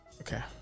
Okay